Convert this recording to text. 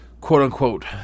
quote-unquote